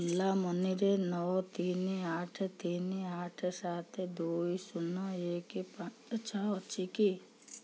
ଓଲା ମନିରେ ନଅ ତିନି ଆଠ ତିନି ଆଠ ସାତ ଦୁଇ ଶୁନ ଏକ ପାଞ୍ଚ ଛଅ ଅଛି କି